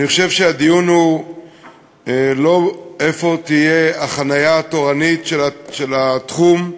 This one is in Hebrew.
אני חושב שהדיון הוא לא איפה תהיה החניה התורנית של התחום,